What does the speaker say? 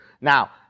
Now